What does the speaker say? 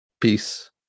peace